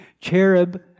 Cherub